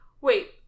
wait